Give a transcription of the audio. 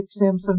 Samsung